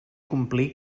complir